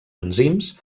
enzims